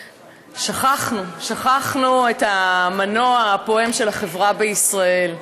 שכחנו, שכחנו את המנוע הפועם של החברה בישראל.